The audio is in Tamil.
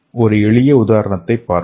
ஒரு எளிய உதாரணத்தைப் பார்ப்போம்